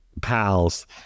pals